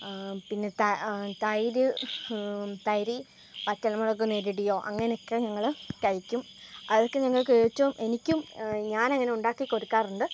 പിന്നെ ത തൈര് തൈരു വറ്റൽ മുളക് ഞെരടിയൊ അങ്ങനെയൊക്കെ ഞങ്ങൾ കഴിക്കും അതൊക്കെ ഞങ്ങൾക്കേറ്റവും എനിക്കും ഞാൻ അങ്ങനെ ഉണ്ടാക്കി കൊടുക്കാറുണ്ട്